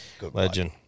Legend